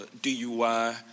DUI